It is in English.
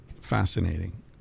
fascinating